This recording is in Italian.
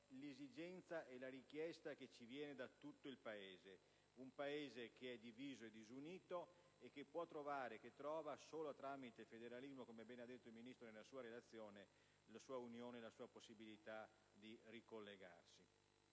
l'esigenza e la richiesta che ci viene da tutto il Paese, un Paese che è diviso e disunito e che può trovare e trova solo tramite il federalismo - come bene ha detto il Ministro nella sua relazione - la sua unione, la sua possibilità di ricollegarsi.